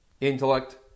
Intellect